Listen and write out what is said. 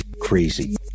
crazy